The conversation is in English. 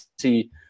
see